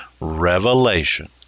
revelation